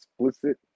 explicit